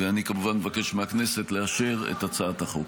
ואני כמובן מבקש מהכנסת לאשר את הצעת החוק.